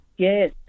Yes